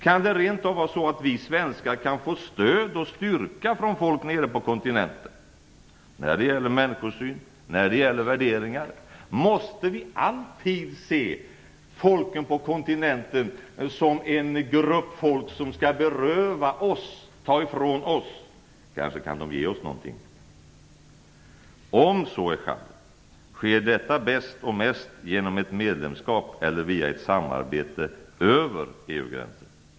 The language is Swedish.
Kan det rent av vara så att vi svenskar kan få stöd och styrka från folk nere på kontinenten när det gäller människosynen, när det gäller värderingar. Måste vi alltid se folken på kontinenten som en grupp folk som skall beröva oss, ta ifrån oss någonting - de kan kanske ge oss någonting. Om så är fallet, sker detta bäst och mest genom ett medlemskap eller via ett samarbete över EU-gränsen.